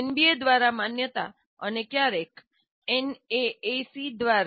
NBA દ્વારા માન્યતા અને ક્યારેક એન એ એ સી દ્વારા